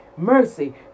mercy